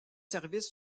services